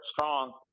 Strong